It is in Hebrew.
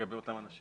לגבי אותם אנשים.